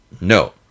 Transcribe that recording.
no